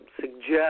suggest